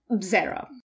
zero